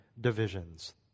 divisions